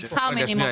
נכון?